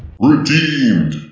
redeemed